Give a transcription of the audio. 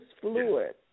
fluid